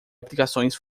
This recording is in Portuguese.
aplicações